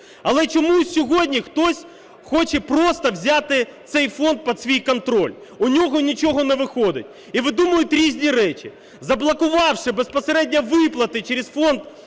Але чомусь сьогодні хтось хоче просто взяти цей фонд під свій контроль. У нього нічого не виходить і видумують різні речі. Заблокувавши безпосередньо виплати через Фонд